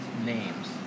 names